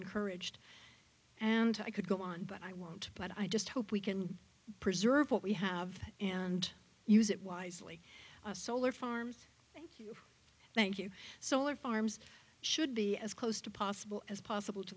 encouraged and i could go on but i want to but i just hope we can preserve what we have and use it wisely solar farms thank you solar farms should be as close to possible as possible to